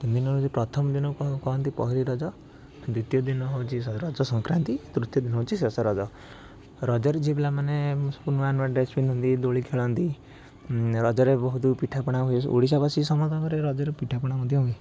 ତିନି ଦିନର ଯେ ପ୍ରଥମ ଦିନକୁ କ କୁହନ୍ତି ପହିଲି ରଜ ଦ୍ଵିତୀୟ ଦିନ ହେଉଛି ରଜସଂକ୍ରାନ୍ତି ତୃତୀୟ ଦିନ ହେଉଛି ଶେଷ ରଜ ରଜରେ ଝିଅପିଲାମାନେ ସବୁ ନୂଆ ନୂଆ ଡ଼୍ରେସ୍ ପିନ୍ଧନ୍ତି ଦୋଳି ଖେଳନ୍ତି ରଜରେ ବହୁତ ପିଠାପଣା ହୁଏ ଓଡ଼ିଶାବାସୀ ସମସ୍ତଙ୍କ ଘରେ ରଜରେ ପିଠାପଣା ମଧ୍ୟ ହୁଏ